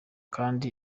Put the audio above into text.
kandi